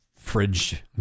fridge